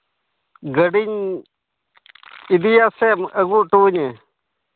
ᱜᱟᱹᱰᱤᱧ ᱤᱫᱤᱭᱟ ᱥᱮᱢᱟᱹᱜᱩ ᱦᱚᱴᱚᱣᱟᱹᱧᱟᱹ